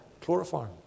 Chloroform